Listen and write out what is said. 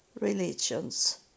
religions